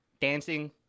dancing